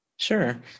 Sure